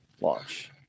launch